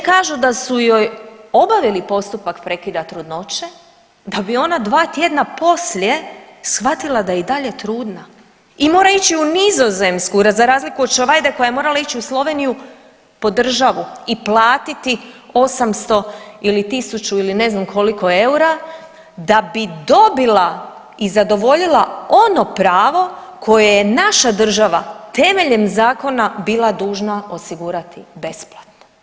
Ne samo to, ženi kažu da su joj obavili postupak prekida trudnoće da bi ona dva tjedna poslije shvatila da je i dalje trudna i mora ići u Nizozemsku za razliku od Čavajde koja je morala ići u Sloveniju po državu i platiti 800 ili 1000 ili ne znam koliko eura da bi dobila i zadovoljila ono pravo koje je naša država temeljem zakona bila dužna osigurati besplatno.